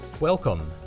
Welcome